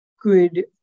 good